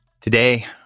Today